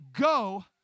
go